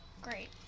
Great